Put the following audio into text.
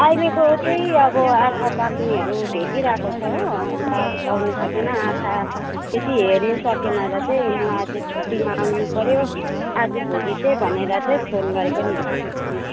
अहिलेको त्यही अब आँखा पाक्नेहरू भेटिरहेको छ हो अन्त अलिक आउन सकेन आँखा त्यत्ति हेर्नु सकेन र चाहिँ म आज छुट्टी माग्नु पऱ्यो आज भोलि चाहिँ भनेर चाहिँ फोन गरेको नि मिस